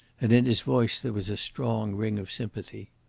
and in his voice there was a strong ring of sympathy.